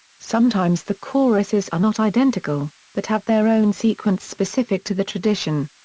sometimes the choruses are not identical, but have their own sequence specific to the tradition.